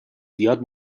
زیاد